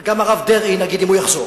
וגם הרב דרעי, נניח, אם הוא יחזור.